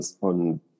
on